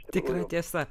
tikra tiesa